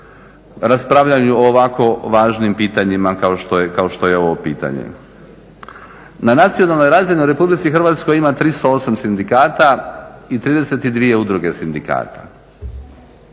raspravljanju o ovako važnim pitanjima kao što je ovo pitanje. Na nacionalnoj razini u Republici Hrvatskoj ima 308 sindikata i 32 udruge sindikata,